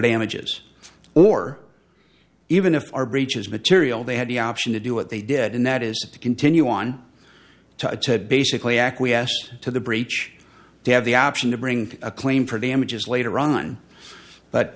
damages or even if our breach is material they had the option to do what they did and that is to continue on to basically acquiesce to the breach they have the option to bring a claim for damages later on but